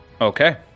Okay